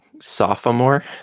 Sophomore